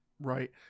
right